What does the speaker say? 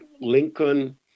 Lincoln